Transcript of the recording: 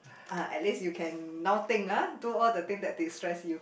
uh at least you can now think ah do all the thing that destress you